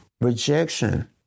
rejection